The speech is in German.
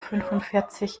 fünfundvierzig